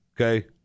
Okay